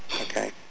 okay